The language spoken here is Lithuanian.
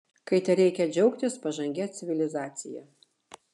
kai tereikia džiaugtis pažangia civilizacija